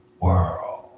world